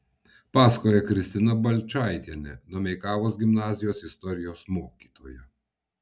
pasakoja kristina balčaitienė domeikavos gimnazijos istorijos mokytoja